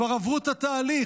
כבר עברו את התהליך.